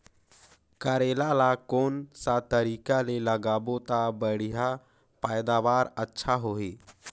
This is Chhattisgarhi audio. करेला ला कोन सा तरीका ले लगाबो ता बढ़िया पैदावार अच्छा होही?